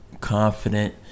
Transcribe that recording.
confident